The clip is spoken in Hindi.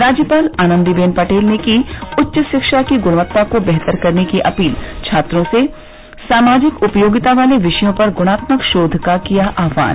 राज्यपाल आनंदी बेन पटेल ने की उच्च शिक्षा की गुणवत्ता को बेहतर करने की अपील छात्रों से सामाजिक उपयोगिता वाले विषयों पर गुणात्मक शोध का किया आहवान